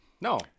No